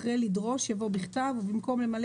אחרי "לדרוש" יבוא "בכתב" ובמקום "למלא